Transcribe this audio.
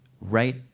Right